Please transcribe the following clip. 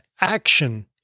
action